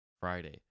Friday